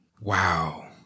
Wow